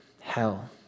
hell